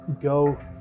go